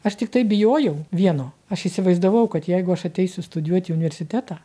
aš tiktai bijojau vieno aš įsivaizdavau kad jeigu aš ateisiu studijuot į universitetą